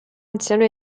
anziano